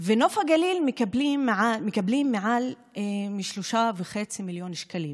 ונוף הגליל מקבלים מעל 3.5 מיליון שקלים.